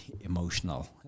emotional